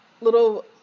little